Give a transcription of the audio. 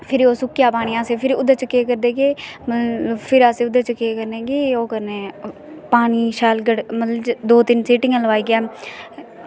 फिर ओह् सुक्केआ पानी ते फिर अस ओह्दै च केह् करदे कि फिर अस ओह्दै च केह् करने कि ओह् करने पानी मतलब शैल दो तिन्न सीटीयां लोआइयै